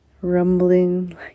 rumbling